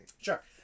Sure